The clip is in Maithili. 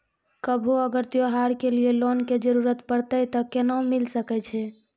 कभो अगर त्योहार के लिए लोन के जरूरत परतै तऽ केना मिल सकै छै?